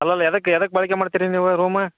ಅಲ್ಲಲ್ಲ ಎದಕ್ಕೆ ಎದಕ್ಕೆ ಬಳ್ಕೆ ಮಾಡ್ತೀರಿ ನೀವು ರೂಮ್